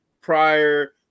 prior